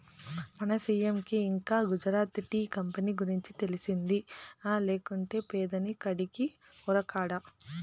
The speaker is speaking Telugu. మన సీ.ఎం కి ఇంకా గుజరాత్ టీ కంపెనీ గురించి తెలిసింది లేకుంటే పెదాని కాడికి ఉరకడా